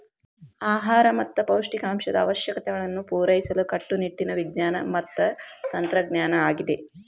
ಆಹಾರ ಮತ್ತ ಪೌಷ್ಟಿಕಾಂಶದ ಅವಶ್ಯಕತೆಗಳನ್ನು ಪೂರೈಸಲು ಕಟ್ಟುನಿಟ್ಟಿನ ವಿಜ್ಞಾನ ಮತ್ತ ತಂತ್ರಜ್ಞಾನ ಆಗಿದೆ